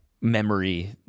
memory